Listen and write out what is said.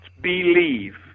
believe